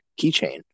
keychain